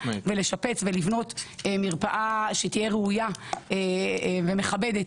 ולשפץ ולבנות מרפאה שתהיה ראויה ומכבדת